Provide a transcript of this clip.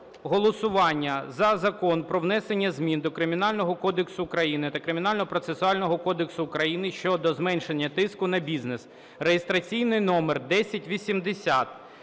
голосування за Закон про внесення змін до Кримінального кодексу України та Кримінального процесуального кодексу України щодо зменшення тиску на бізнес (реєстраційний номер 1080).